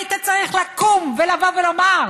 היית צריך לקום ולבוא ולומר: